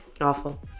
awful